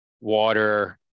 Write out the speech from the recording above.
water